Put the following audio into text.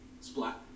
Splat